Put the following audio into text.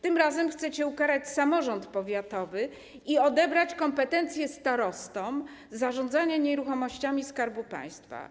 Tym razem chcecie ukarać samorząd powiatowy i odebrać starostom kompetencje dotyczące zarządzania nieruchomościami Skarbu Państwa.